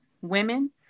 women